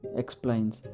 explains